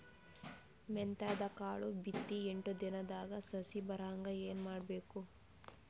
ಮೆಂತ್ಯದ ಕಾಳು ಬಿತ್ತಿ ಎಂಟು ದಿನದಾಗ ಸಸಿ ಬರಹಂಗ ಏನ ಮಾಡಬೇಕು?